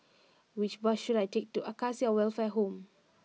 which bus should I take to Acacia Welfare Home